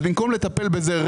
במקום לטפל בזה,